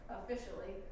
officially